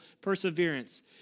perseverance